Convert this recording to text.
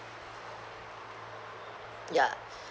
ya